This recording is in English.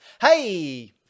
Hey